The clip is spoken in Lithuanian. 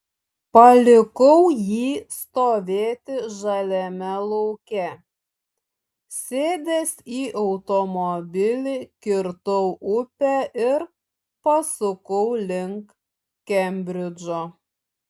palikau jį stovėti žaliame lauke sėdęs į automobilį kirtau upę ir pasukau link kembridžo